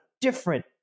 different